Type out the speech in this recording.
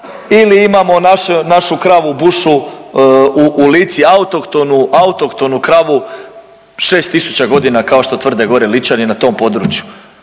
ili imamo našu kravu bušu u Lici autohtonu, autohtonu kravu 6 tisuća godina kao što tvrde gore Ličani na tom području.